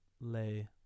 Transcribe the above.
lay